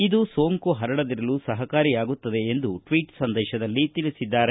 ಇದು ಸೋಂಕು ಪರಡದಿರಲು ಸಹಕಾರಿಯಾಗುತ್ತದೆ ಎಂದು ಟ್ವೀಟ್ ಸಂದೇಶದಲ್ಲಿ ತಿಳಿಸಿದ್ದಾರೆ